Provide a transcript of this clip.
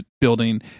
building